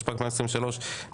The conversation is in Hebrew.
התשפ"ג 2023 (פ/3168/25),